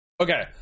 Okay